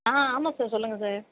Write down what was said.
ஆ ஆமாம் சார் சொல்லுங்கள் சார்